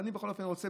אני בכל זאת רוצה